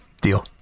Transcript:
deal